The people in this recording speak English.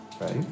Right